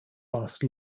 last